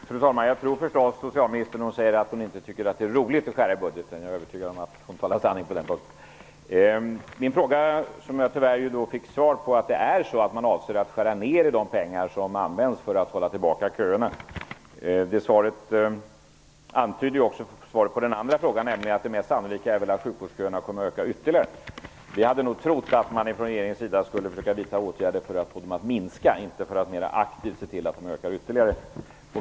Fru talman! Jag tror förstås socialministern när hon säger att hon inte tycker att det är roligt att skära i budgeten. Jag är övertygad om att hon talar sanning på den punkten. På min fråga fick jag tyvärr svaret att det är så att man avser att skära i de pengar som används för att hålla tillbaka köerna. Det svaret antydde också svaret på den andra frågan, nämligen att det mest sannolika är att sjukvårdsköerna kommer att öka ytterligare. Vi hade nog trott att man från regeringens sida skulle försöka vidta åtgärder för att få dem att minska, inte att mer aktivt se till att de ökar ytterligare.